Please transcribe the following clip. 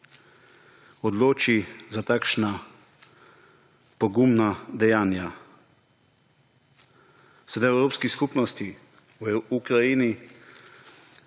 odloči za takšna pogumna dejanja. Sedaj v evropski skupnosti, v Ukrajini,